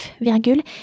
virgule